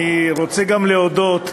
אני רוצה גם להודות.